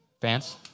Fans